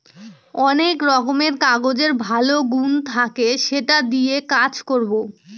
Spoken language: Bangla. অনেক রকমের কাগজের ভালো গুন থাকে সেটা দিয়ে কাজ করবো